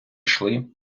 йшли